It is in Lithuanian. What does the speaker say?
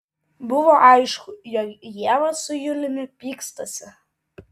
buvo aišku jog ieva su juliumi pykstasi